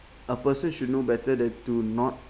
a person should know better than to not